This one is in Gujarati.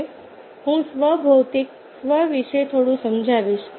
હવે હું સ્વ ભૌતિક સ્વ વિશે થોડું સમજાવીશ